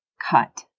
cut